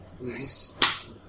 Nice